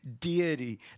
deity